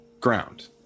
ground